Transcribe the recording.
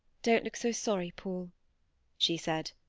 don't look so sorry, paul she said.